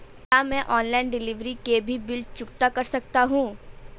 क्या मैं online delivery के भी बिल चुकता कर सकता हूँ?